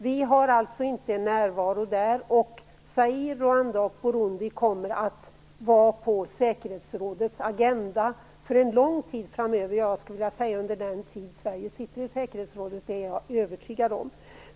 Vi har alltså inte någon närvaro där, och Zaire, Ruwanda och Burundi kommer att vara på säkerhetsrådets agenda för en lång tid framöver - jag skulle vilja säga under den tid som Sverige sitter i säkerhetsrådet. Det är jag övertygad om.